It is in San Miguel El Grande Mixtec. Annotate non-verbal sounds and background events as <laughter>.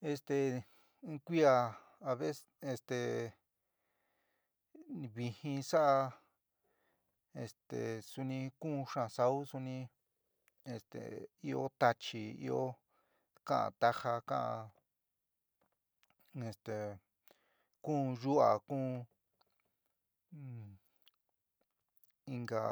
Este in kuia <unintelligible> este vɨjɨn sa'a esté suni kuún xaán sa'u, suni esté ɨó táchi, ɨó ka'an tajá kaán, este kuún yuu'a kun inka